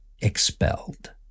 expelled